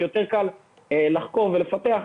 שיותר קל לחקור ולפתח בהם,